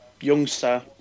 Youngster